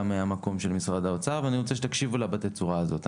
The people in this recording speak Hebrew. מנקודת המבט של משרד האוצר ואני רוצה שתקשיבו לה בתצורה הזאת.